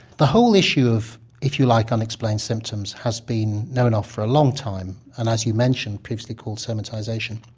the whole issue of if you like unexplained symptoms has been known of for a long time and as you mentioned was previously called somatisation.